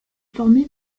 formé